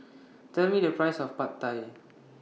Tell Me The Price of Pad Thai